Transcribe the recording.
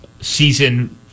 season